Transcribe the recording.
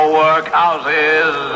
workhouses